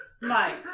Mike